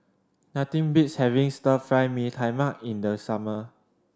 nothing beats having Stir Fry Mee Tai Mak in the summer